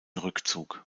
rückzug